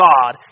God